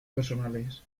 personales